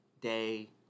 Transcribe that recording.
day